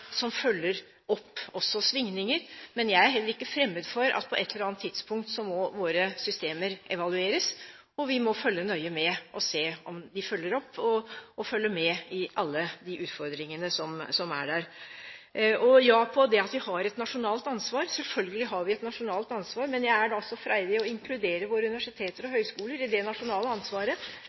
som også følger opp svingninger. Men jeg er heller ikke fremmed for at på et eller annet tidspunkt må våre systemer evalueres, og vi må følge nøye med og se om vi følger opp, og vi må følge med i alle de utfordringene som er der. Også ja på spørsmålet om vi har et nasjonalt ansvar: Selvfølgelig har vi et nasjonalt ansvar, men jeg er så freidig å inkludere våre universiteter og høyskoler i det nasjonale ansvaret.